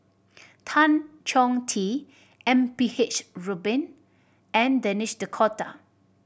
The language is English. Tan Chong Tee M P H Rubin and Denis D'Cotta